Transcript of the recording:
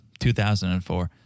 2004